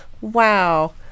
Wow